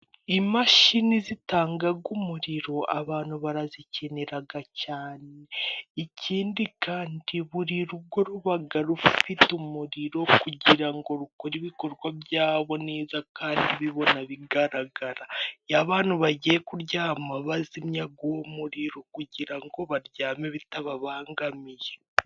Imashini zitanga umuriro abantu barazikenera cyane. Ikindi kandi buri rugo ruba rufite umuriro kugira ngo rukore ibikorwa byabo neza, kandi babona , abantu bagiye kuryama bazimya umuriro kugira ngo baryame bitababangamiye.